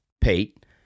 Pete